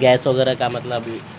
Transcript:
gas وغیرہ کا مطلب